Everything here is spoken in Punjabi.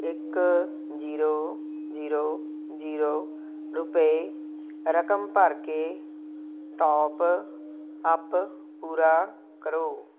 ਇੱਕ ਜ਼ੀਰੋ ਜ਼ੀਰੋ ਜ਼ੀਰੋ ਰੁਪਏ ਰਕਮ ਭਰ ਕੇ ਟਾਪ ਅਪ ਪੂਰਾ ਕਰੋ